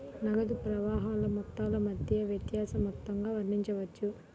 నగదు ప్రవాహాల మొత్తాల మధ్య వ్యత్యాస మొత్తంగా వర్ణించవచ్చు